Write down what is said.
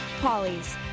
Polly's